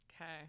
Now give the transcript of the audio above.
Okay